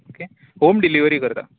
okay home delivery करता